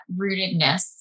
rootedness